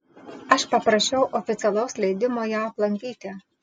aš paprašiau oficialaus leidimo ją aplankyti